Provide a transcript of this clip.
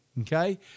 okay